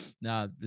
Now